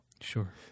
Sure